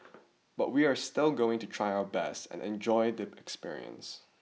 but we're still going to try our best and enjoy the experience